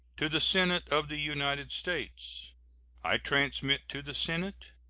to the senate of the united states i transmit to the senate,